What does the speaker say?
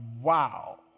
wow